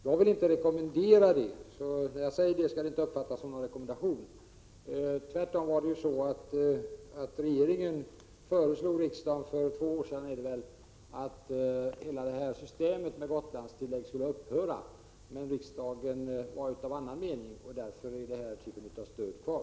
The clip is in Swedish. Jag vill inte rekommendera detta, och det jag nu har sagt skall inte uppfattas som en rekommendation. Tvärtom föreslog ju regeringen — det var väl för två år sedan — riksdagen att hela detta system med Gotlandstillägg skulle upphöra. Men riksdagen var av annan mening, och därför finns den här typen av stöd kvar.